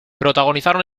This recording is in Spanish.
protagonizaron